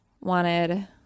wanted